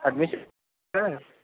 admissions sir